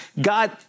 God